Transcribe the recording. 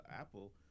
Apple